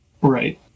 Right